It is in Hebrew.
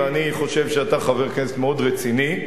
ואני חושב שאתה חבר כנסת מאוד רציני,